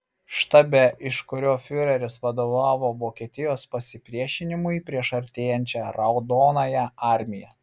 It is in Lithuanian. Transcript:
štabe iš kurio fiureris vadovavo vokietijos pasipriešinimui prieš artėjančią raudonąją armiją